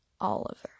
Oliver